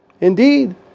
Indeed